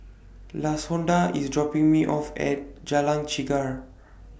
Lashonda IS dropping Me off At Jalan Chegar